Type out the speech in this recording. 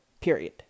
Period